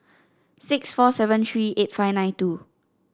six four seven three eight five nine two